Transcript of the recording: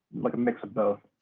like a mix of both.